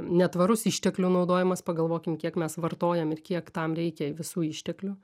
netvarus išteklių naudojimas pagalvokim kiek mes vartojam ir kiek tam reikia visų išteklių